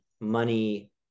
money